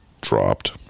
dropped